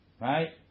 Right